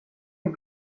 det